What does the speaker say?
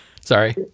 Sorry